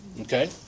Okay